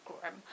grim